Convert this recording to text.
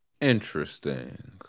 Interesting